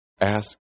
ask